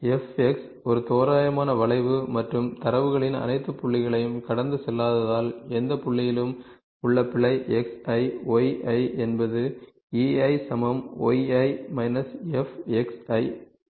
f ஒரு தோராயமான வளைவு மற்றும் தரவுகளின் அனைத்து புள்ளிகளையும் கடந்து செல்லாததால் எந்த புள்ளியிலும் உள்ள பிழை xi yi என்பது ei yi f ஆல் வழங்கப்படுகிறது